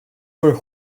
were